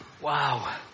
wow